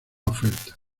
oferta